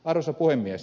arvoisa puhemies